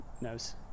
knows